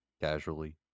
casually